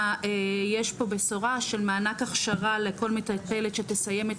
יש פה בשורה של מענק הכשרה לכל מטפלת שתסיים את